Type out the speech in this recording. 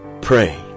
pray